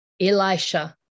Elisha